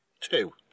Two